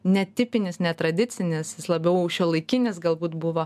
netipinis netradicinis jis labiau šiuolaikinis galbūt buvo